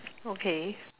okay